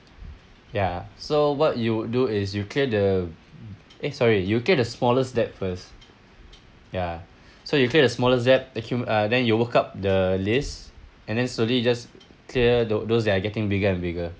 ya so what you would do is you clear the eh sorry you clear the smallest debt first ya so you clear the smallest debt accumu~ uh then you work up the list and then slowly just clear the those that are getting bigger and bigger